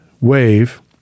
wave